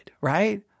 right